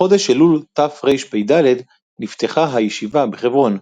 בחודש אלול תרפ"ד נפתחה הישיבה בחברון,